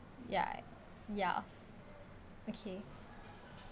ya yes okay